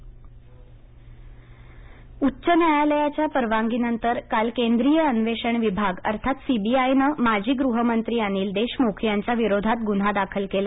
CBI छापा उच्च न्यायालयाच्या परवानगीनंतर काल केंद्रिय अन्वेषण विभाग अर्थात सीबीआयनं माजी गृहमंत्री अनिल देशमुख यांच्याविरोधात गुन्हा दाखल केला